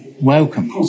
Welcome